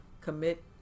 commit